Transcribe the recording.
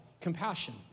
compassion